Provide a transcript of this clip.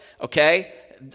okay